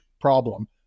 problem